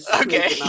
okay